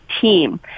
team